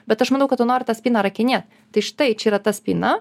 bet aš manau kad tu nori tą spyną rakinėt tai štai čia yra ta spyna